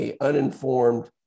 uninformed